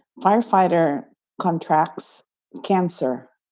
firefighter contracts cancer,